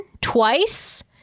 twice